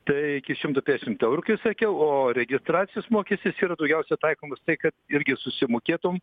tai iki šimto penkšimt eurų kaip sakiau o registracijos mokestis yra daugiausia taikomas tai kad irgi susimokėtum